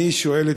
אני שואל: